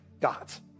God's